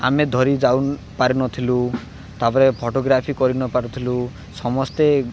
ଆମେ ଧରି ଯାଉ ପାରିନଥିଲୁ ତାପରେ ଫଟୋଗ୍ରାଫି କରି ନ ପାରୁଥିଲୁ ସମସ୍ତେ